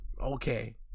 Okay